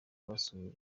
basahuye